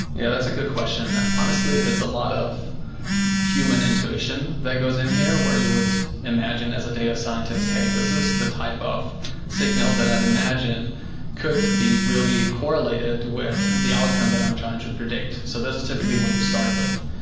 yeah, that's a good question. honestly, it's a lot of human intuition that goes in here where you would imagine, as a data scientist, hey, this is the type of signal that i'd imagine could be really correlated with the outcome that i'm trying to predict. so this is typically when you start with,